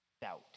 doubt